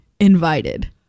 invited